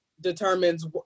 determines